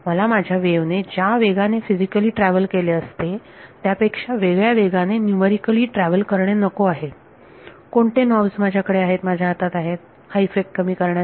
मला माझ्या वेव्ह ने ज्या वेगाने फिजीकली ट्रॅव्हल केले असते त्यापेक्षा वेगळ्या वेगाने न्यूमेरिकली ट्रॅव्हल करणे नको आहे कोणते नॉबज माझ्याकडे आहेत माझ्या हातात आहेत हा इफेक्ट कमी करण्यासाठी